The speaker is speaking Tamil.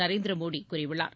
நரேந்திர மோடி கூறியுள்ளார்